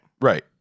Right